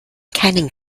keinen